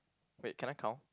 wait can I count